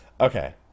Okay